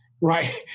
Right